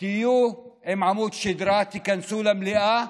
תהיו עם עמוד שדרה, תיכנסו למליאה,